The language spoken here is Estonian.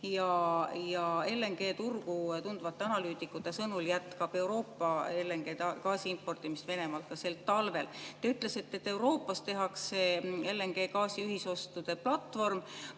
LNG‑turgu tundvate analüütikute sõnul jätkab Euroopa LNG-gaasi importimist Venemaalt ka sellel talvel. Te ütlesite, et Euroopas tehakse LNG‑gaasi ühisostude platvorm.